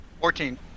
Fourteen